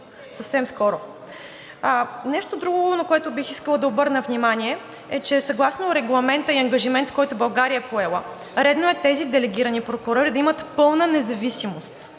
съвсем скоро. Нещо друго, на което бих искала да обърна внимание, че съгласно Регламента и ангажимента, който България е поела, редно е тези делегирани прокурори да имат пълна независимост